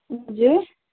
हजुर